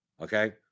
Okay